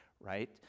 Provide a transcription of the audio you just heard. right